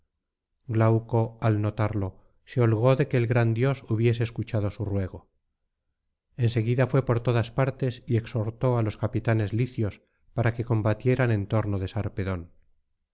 glauco al notarlo se holgó de que el gran dios hubiese escuchado su ruego en seguida fué por todas partes y exhortó á los capitanes licios para que combatieran en torno de sarpedón